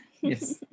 yes